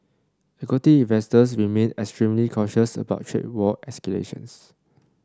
equity investors remain extremely cautious about trade war escalations